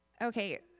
Okay